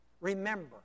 Remember